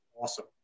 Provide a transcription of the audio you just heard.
awesome